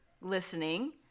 listening